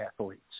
athletes